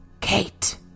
Kate